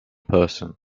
person